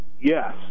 Yes